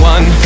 One